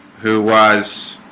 who was